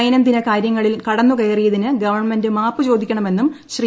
ദൈനംദിന കാര്യങ്ങളിൽ കടന്നുകയറിയതിന് ഗവൺമെന്റ മാപ്പു ചോദിക്കണമെന്നും ശ്രീ